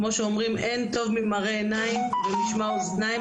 כמו שאומרים אין טוב ממראה עיניים וממשמע אוזניים,